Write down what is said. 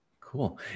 Cool